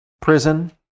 prison